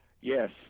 Yes